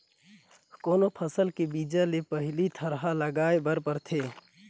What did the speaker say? कोनो फसल के बीजा ले पहिली थरहा लगाए बर परथे